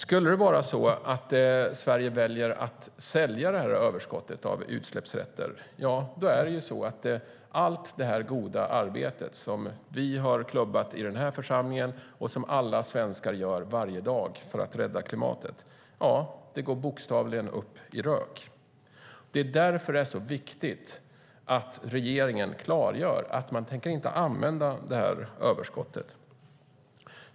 Skulle det vara så att Sverige väljer att sälja överskottet av utsläppsrätter skulle allt det goda arbete vi har klubbat i denna församling och som alla svenskar gör varje dag för att rädda klimatet bokstavligen gå upp i rök. Det är därför det är så viktigt att regeringen klargör att man inte tänker använda överskottet.